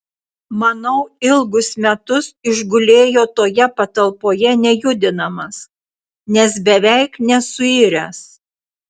manau ilgus metus išgulėjo toje patalpoje nejudinamas nes beveik nesuiręs